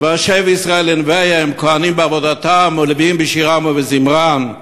"והשב ישראל לנויהם כהנים בעבודתם ולויים בשירם ובזמרם"?